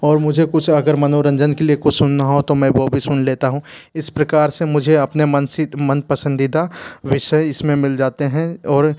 और मुझे कुछ अगर मनोरंजन के लिए कुछ सुनना हो तो मैं वो भी सुन लेता हूँ इस प्रकार से मुझे अपने मन सित मन पसंदीदा विषय इस में मिल जाते हैं और